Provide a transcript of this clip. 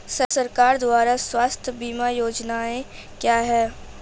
सरकार द्वारा स्वास्थ्य बीमा योजनाएं क्या हैं?